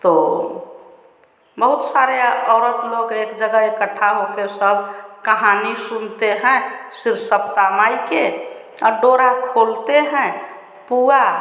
तो तो बहुत सारी औरत लोग एक जगह इकट्ठा होकर सब कहानी सुनती हैं सिर सप्ता माई की और डोरा खोलती हैं पूआ